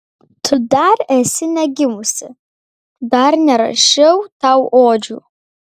tu dar esi negimusi dar nerašiau tau odžių